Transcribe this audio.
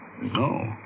No